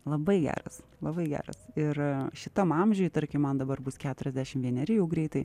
labai geras labai geras ir šitam amžiui tarkim man dabar bus keturiasdešim vieneri jau greitai